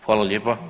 Hvala lijepa.